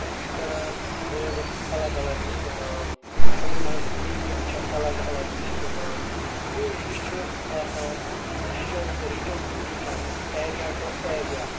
تِم چھِ کَران وٲڈٕس الگ الگ استعمال تِمن ہٕنٛز میٖنِنٛگ چھِ الگ الگ استعمال گوٚو یہِ چھُ آسان region region to region area to area